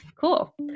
Cool